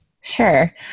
sure